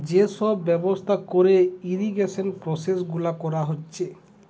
যে সব ব্যবস্থা কোরে ইরিগেশন প্রসেস গুলা কোরা হচ্ছে